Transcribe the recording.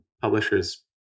publishers-